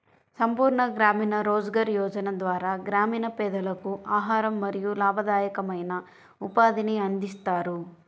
సంపూర్ణ గ్రామీణ రోజ్గార్ యోజన ద్వారా గ్రామీణ పేదలకు ఆహారం మరియు లాభదాయకమైన ఉపాధిని అందిస్తారు